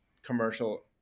commercial